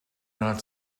not